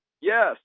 Yes